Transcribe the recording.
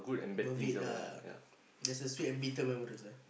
worth it lah there's a sweet and bitter memories ah